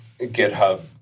GitHub